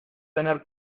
tener